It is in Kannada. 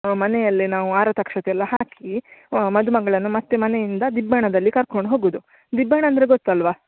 ಹಾಂ ಮನೆಯಲ್ಲೇ ನಾವು ಆರತಕ್ಷತೆಯೆಲ್ಲಾ ಹಾಕಿ ಮದುಮಗಳನ್ನು ಮತ್ತೆ ಮನೆಯಿಂದ ದಿಬ್ಬಣದಲ್ಲಿ ಕರ್ಕೊಂಡು ಹೋಗೋದು ದಿಬ್ಬಣ ಅಂದರೆ ಗೊತ್ತು ಅಲ್ವಾ